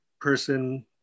person